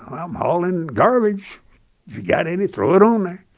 i'm hauling garbage. you got any, throw it on there.